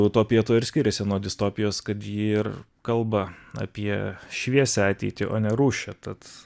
utopija tuo ir skiriasi nuo distopijos kad ji ir kalba apie šviesią ateitį o ne rūsčią tad